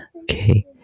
okay